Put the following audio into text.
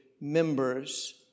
members